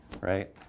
right